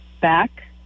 back